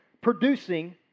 producing